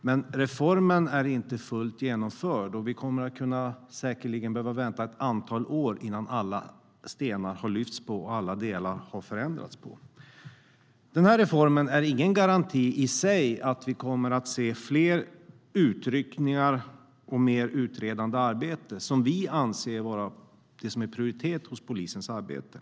Men reformen är inte fullt ut genomförd, och vi kommer säkerligen att behöva vänta ett antal år innan alla stenar har vänts på och alla delar har förändrats. Den här reformen är i sig ingen garanti för att vi kommer att se fler utryckningar och mer utredande arbete, vilket vi anser vara det som bör prioriteras i polisens arbete.